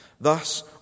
Thus